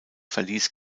verließ